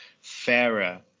fairer